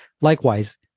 Likewise